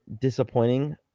disappointing